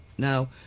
Now